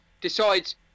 decides